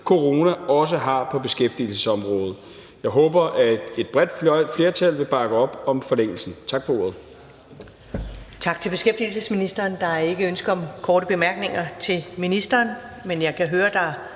corona også har på beskæftigelsesområdet. Jeg håber, at et bredt flertal vil bakke op om forlængelsen. Tak for ordet. Kl. 14:48 Første næstformand (Karen Ellemann): Tak til beskæftigelsesministeren. Der er ikke ønske om korte bemærkninger til ministeren. Men jeg kan høre, at